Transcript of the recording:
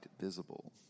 visible